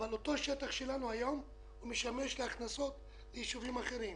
אבל אותו שטח שלנו היום משמש להכנסות לישובים אחרים.